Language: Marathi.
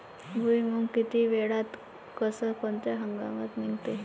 भुईमुंग किती वेळात अस कोनच्या हंगामात निगते?